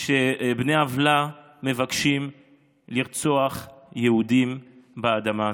בני עוולה מבקשים לרצוח יהודים באדמה הזאת,